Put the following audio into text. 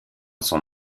sont